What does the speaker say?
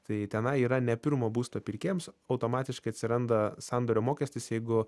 tai tenai yra ne pirmo būsto pirkėjams automatiškai atsiranda sandorio mokestis jeigu